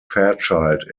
fairchild